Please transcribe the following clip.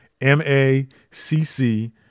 M-A-C-C